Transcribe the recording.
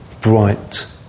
bright